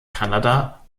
kanada